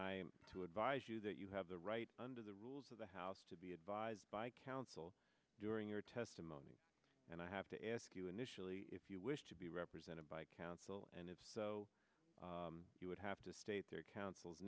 am to advise you that you have the right under the rules of the house to be advised by counsel during your testimony and i have to ask you initially if you wish to be represented by counsel and if so you would have to state their counsel's